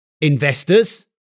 investors